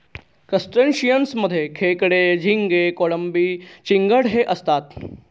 crustaceans मध्ये खेकडे, झिंगे, कोळंबी, चिंगट हे असतात